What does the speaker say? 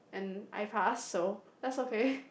and I passed so that's okay